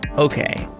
okay.